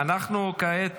אנחנו כעת